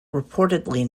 reportedly